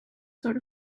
sort